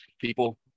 people